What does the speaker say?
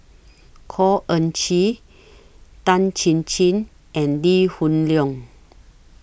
Khor Ean Ghee Tan Chin Chin and Lee Hoon Leong